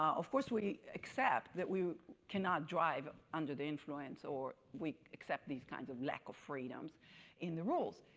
of course we accept that we cannot drive under the influence, or we accept these kinds of lack of freedoms in the rules.